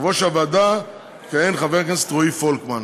כיושב-ראש הוועדה יכהן חבר הכנסת רועי פולקמן.